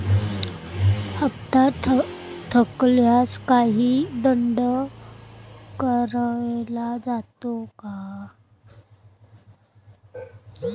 हप्ता थकल्यास काही दंड आकारला जातो का?